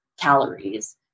calories